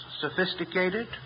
sophisticated